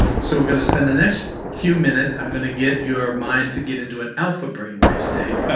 so we're going to spend the next few minutes, i'm going to get your mind to get into an alpha brainwave state,